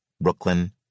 Brooklyn